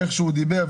איך שהוא דיבר,